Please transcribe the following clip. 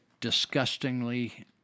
disgustingly